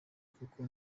kuko